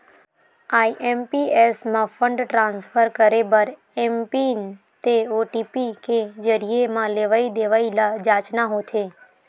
IMPS म fund transfer करे बर एमपिन ते ओ.टी.पी के जरिए म लेवइ देवइ ल जांचना होथे